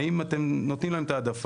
האם אתם נותנים להם את ההעדפה?